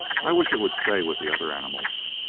i wish it would stay with the other animals.